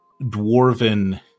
dwarven